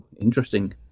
interesting